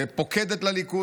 פוקדת לליכוד,